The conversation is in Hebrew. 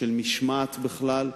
של משמעת בכלל,